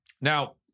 Now